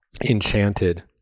enchanted